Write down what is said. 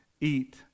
Eat